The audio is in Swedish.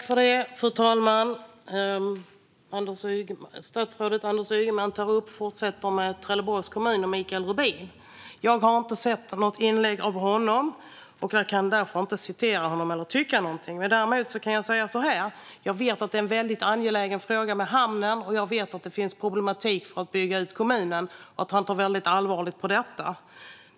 Fru talman! Statsrådet Anders Ygeman fortsätter att ta upp Trelleborgs kommun och Mikael Rubin. Jag har inte sett något inlägg av honom och kan därför inte återge vad han har sagt eller tycka något om det. Däremot vet jag att hamnen är en väldigt angelägen fråga och att det finns en problematik för att bygga ut kommunen. Han tar väldigt allvarligt på det.